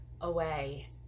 away